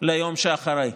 ליום שאחרי.